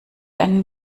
einen